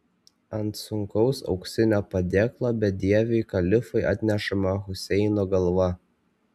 ant sunkaus auksinio padėklo bedieviui kalifui atnešama huseino galva